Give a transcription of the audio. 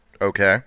Okay